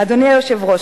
אדוני היושב-ראש,